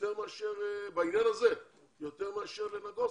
ויכולת בעניין הזה יותר מאשר לנגוסה.